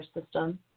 system